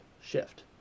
shift